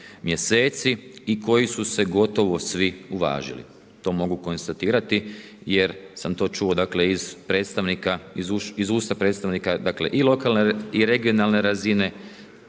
mjeseci i koji su se gotovo svi uvažili. To mogu konstatirati jer sam to čuo iz usta predstavnika i lokalne i regionalne razine